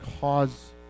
cause